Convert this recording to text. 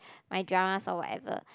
my dramas or whatever